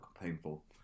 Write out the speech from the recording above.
painful